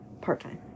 part-time